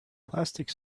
plastic